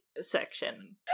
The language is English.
section